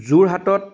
যোৰহাটত